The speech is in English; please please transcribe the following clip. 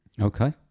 Okay